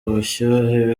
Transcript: ubushyuhe